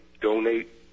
donate